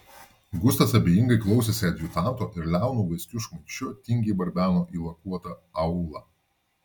gustas abejingai klausėsi adjutanto ir liaunu vaiskiu šmaikščiu tingiai barbeno į lakuotą aulą